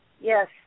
Yes